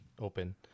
open